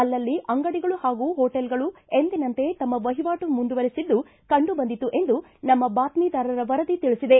ಅಲ್ಲಲ್ಲಿ ಅಂಗಡಿಗಳು ಹಾಗೂ ಹೊಟೇಲ್ಗಳು ಎಂದಿನಂತೆ ತಮ್ನ ವಹಿವಾಟು ಮುಂದುವರೆಸಿದ್ದು ಕಂಡು ಬಂದಿತು ಎಂದು ನಮ್ನ ಬಾತ್ಸಿದಾರರ ವರದಿ ತಿಳಿಸಿದೆ